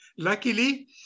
Luckily